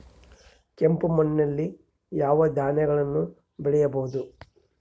ಕೆಂಪು ಮಣ್ಣಲ್ಲಿ ಯಾವ ಧಾನ್ಯಗಳನ್ನು ಬೆಳೆಯಬಹುದು?